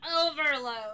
overload